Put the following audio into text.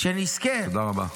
תודה רבה.